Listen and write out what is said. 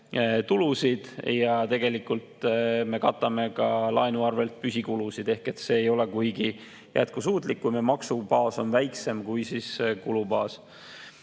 tulusid ja tegelikult me katame laenu arvelt ka püsikulusid. See ei ole kuigi jätkusuutlik, kui meie maksubaas on väiksem kui kulubaas."Kas